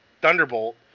Thunderbolt